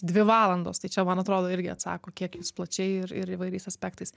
dvi valandos tai čia man atrodo irgi atsako kiek jūs plačiai ir ir įvairiais aspektais